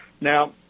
Now